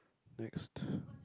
next